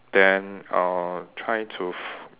then uh try to